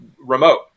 remote